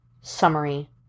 Summary